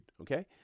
Okay